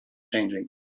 changing